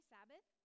Sabbath